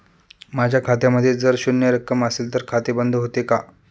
माझ्या खात्यामध्ये जर शून्य रक्कम असेल तर खाते बंद होते का?